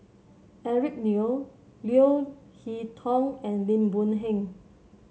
Eric Neo Leo Hee Tong and Lim Boon Heng